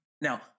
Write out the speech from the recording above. Now